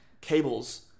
cables